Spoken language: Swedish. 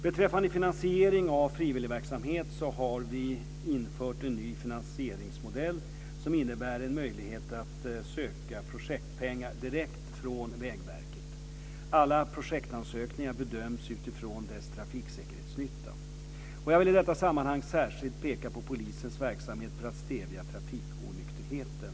Beträffande finansiering av frivilligverksamheten vill jag peka på att vi har infört en ny finansieringsmodell som innebär en möjlighet att söka projektpengar direkt från Vägverket. Alla projektansökningar bedöms utifrån deras trafiksäkerhetsnytta. Jag vill i detta sammanhang särskilt peka på polisens verksamhet för att stävja trafikonykterheten.